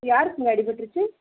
யாருக்குங்க அடிபட்டுருச்சு